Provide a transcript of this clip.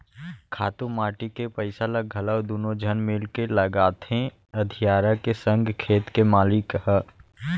खातू माटी के पइसा ल घलौ दुनों झन मिलके लगाथें अधियारा के संग खेत के मालिक ह